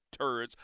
turds